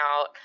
out